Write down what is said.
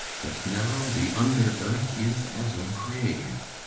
that now the under earth is as a grave,